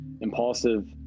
impulsive